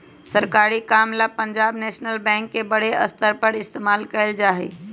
सरकारी काम ला पंजाब नैशनल बैंक के बडे स्तर पर इस्तेमाल कइल जा हई